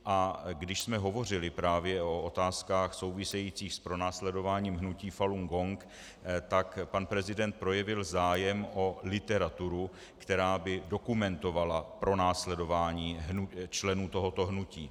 A když jsme hovořili právě o otázkách souvisejících s pronásledováním hnutí Falun Gong, tak pan prezident projevil zájem o literaturu, která by dokumentovala pronásledování členů tohoto hnutí.